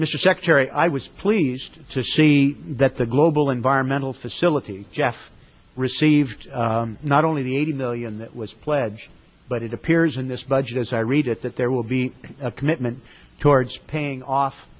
mr secretary i was pleased to see that the global environmental facility jef received not only the eighty million that was pledged but it appears in this budget as i read it that there will be a commitment towards paying off